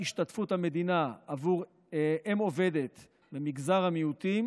השתתפות המדינה עבור אם עובדת במגזר המיעוטים